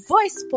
Voice